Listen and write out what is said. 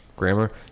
grammar